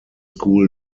school